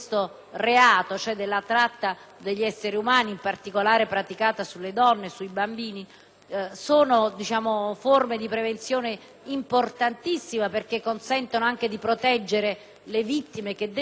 Sono forme di prevenzione importantissime perché consentono anche di proteggere le vittime che denunciano e quindi permettono anche di incentivare la collaborazione nei confronti dello Stato.